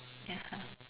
(uh huh)